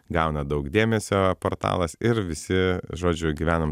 gauna daug dėmesio portalas ir visi žodžiu gyvenam